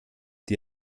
die